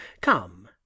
come